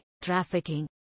trafficking